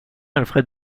alfred